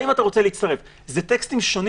האם אתה רוצה להצטרף?" אלה טקסטים שונים